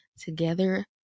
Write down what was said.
together